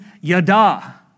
yada